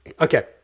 Okay